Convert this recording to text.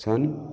छन्